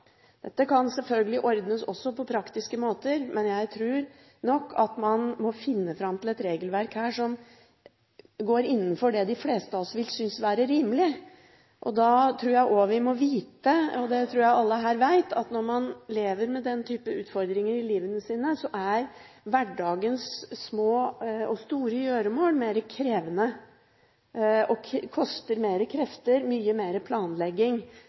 Dette kan selvfølgelig ordnes også på praktiske måter, men jeg tror nok at man må finne fram til et regelverk her som går innenfor det de fleste av oss vil synes er rimelig. Da tror jeg også vi må vite – og det tror jeg alle her vet – at når man lever med den type utfordringer i livet sitt, er hverdagens små og store gjøremål mer krevende. Det koster mer krefter og mye mer planlegging,